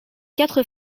quatre